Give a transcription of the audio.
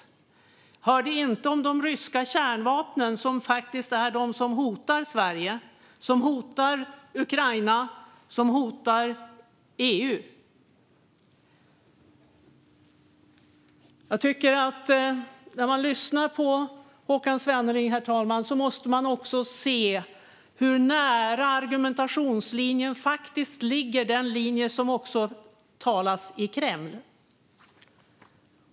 Jag hörde inte om de ryska kärnvapnen, som faktiskt är de som hotar Sverige, Ukraina och EU. När man lyssnar på Håkan Svenneling, herr talman, kan man höra hur nära hans argumentationslinje ligger den som hörs från Kreml.